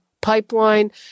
pipeline